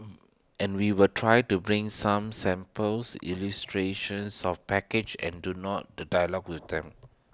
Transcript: and we will try to bring some samples illustrations of package and do not the dialogue with them